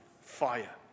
fire